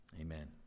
Amen